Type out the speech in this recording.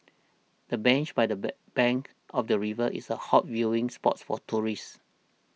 the bench by the bank of the river is a hot viewing spot for tourists